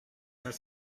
pas